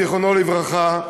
זיכרונו לברכה.